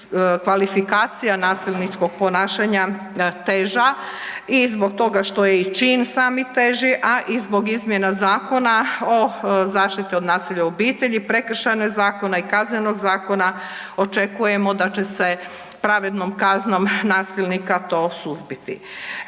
kvalifikacija nasilničkog ponašanja teža i zbog toga što je i čin sami teži, a i zbog izmjena Zakona o zaštiti od nasilja u obitelji, Prekršajnog zakona i Kaznenog zakona očekujemo da će se pravednom kaznom nasilnika to suzbiti.